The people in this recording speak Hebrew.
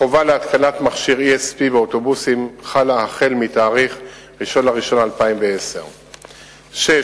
החובה להתקנת מכשיר ESP באוטובוסים חלה החל מתאריך 1 בינואר 2010. ו.